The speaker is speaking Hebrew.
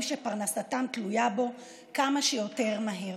שפרנסתם תלויה בו כמה שיותר מהר.